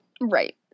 Right